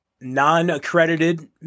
non-accredited